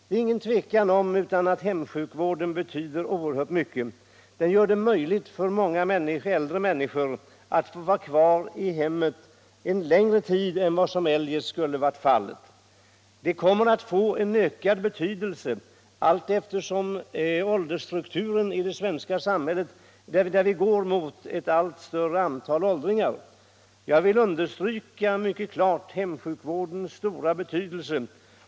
Det är inget tvivel om att hemsjukvården betyder oerhört mycket. Den gör det möjligt för många äldre människor att få vara kvar i hemmet längre tid än som eljest skulle ha varit fallet. Den kommer att få ökad betydelse allteftersom åldersstrukturen ändras i det svenska samhället — som går mot ett allt större antal åldringar. Jag vill mycket ” klart understryka hemsjukvårdens stora betydelse.